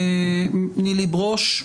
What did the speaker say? נילי ברוש,